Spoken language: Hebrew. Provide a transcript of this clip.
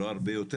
לא הרבה יותר,